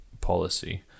policy